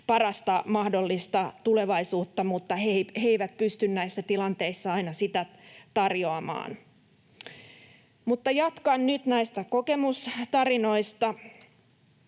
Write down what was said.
parasta mahdollista tulevaisuutta, mutta he eivät pysty näissä tilanteissa aina sitä tarjoamaan. Jatkan nyt näistä kokemustarinoista: